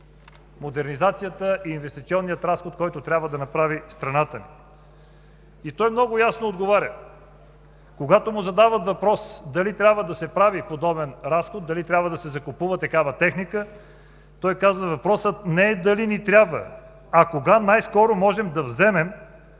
модернизацията и инвестиционния разход, който трябва да направи страната ни. Той много ясно отговаря, когато му задават въпрос дали трябва да се прави подобен разход, дали трябва да се закупува такава техника, той казва: „Въпросът не е дали ни трябва, а кога най-скоро можем да вземем